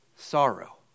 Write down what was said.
Sorrow